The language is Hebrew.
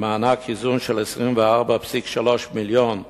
ממענק איזון של 24.3 מיליון שקלים,